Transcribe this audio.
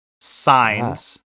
Signs